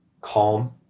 calm